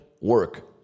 work